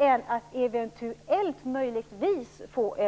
i nämndens styrelse och att eventuellt, möjligtvis, få en.